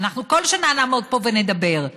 כל שנה אנחנו נעמוד פה ונדבר,